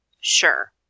Sure